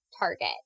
target